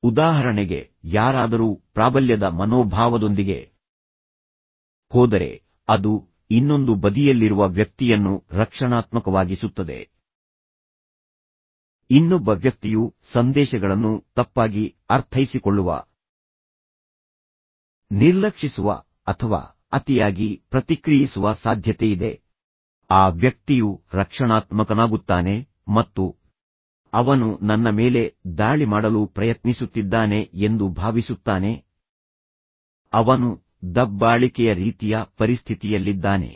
ಉದಾಹರಣೆಗೆ ಯಾರಾದರೂ ಪ್ರಾಬಲ್ಯದ ಮನೋಭಾವದೊಂದಿಗೆ ಹೋದರೆ ಅದು ಇನ್ನೊಂದು ಬದಿಯಲ್ಲಿರುವ ವ್ಯಕ್ತಿಯನ್ನು ರಕ್ಷಣಾತ್ಮಕವಾಗಿಸುತ್ತದೆ ಇನ್ನೊಬ್ಬ ವ್ಯಕ್ತಿಯು ಸಂದೇಶಗಳನ್ನು ತಪ್ಪಾಗಿ ಅರ್ಥೈಸಿಕೊಳ್ಳುವ ನಿರ್ಲಕ್ಷಿಸುವ ಅಥವಾ ಅತಿಯಾಗಿ ಪ್ರತಿಕ್ರಿಯಿಸುವ ಸಾಧ್ಯತೆಯಿದೆ ಆ ವ್ಯಕ್ತಿಯು ರಕ್ಷಣಾತ್ಮಕನಾಗುತ್ತಾನೆ ಮತ್ತು ಅವನು ನನ್ನ ಮೇಲೆ ದಾಳಿ ಮಾಡಲು ಪ್ರಯತ್ನಿಸುತ್ತಿದ್ದಾನೆ ಎಂದು ಭಾವಿಸುತ್ತಾನೆ ಅವನು ದಬ್ಬಾಳಿಕೆಯ ರೀತಿಯ ಪರಿಸ್ಥಿತಿಯಲ್ಲಿದ್ದಾನೆ